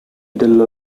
della